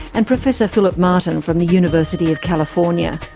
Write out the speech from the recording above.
and professor philip martin from the university of california.